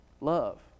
Love